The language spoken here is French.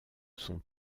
son